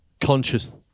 conscious